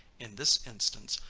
in this instance,